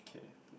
okay